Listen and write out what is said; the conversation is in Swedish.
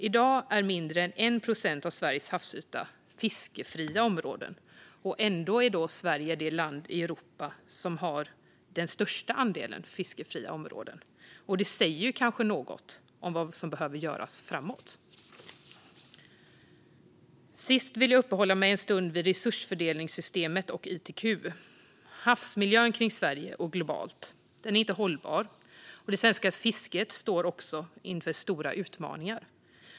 I dag är mindre än 1 procent av Sveriges havsyta fiskefria områden, och ändå är Sverige det land i Europa som har den största andelen fiskefria områden. Det säger kanske något om vad som behöver göras framåt. Sist ska jag uppehålla mig en stund vid resursfördelningssystemet och ITQ. Havsmiljön kring Sverige och globalt är inte hållbar, och det svenska fisket står också inför stora utmaningar.